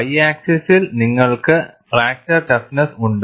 Y ആക്സിസ്സിൽ നിങ്ങൾക്ക് fracture toughness ഉണ്ട്